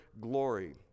glory